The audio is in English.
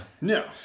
No